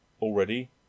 already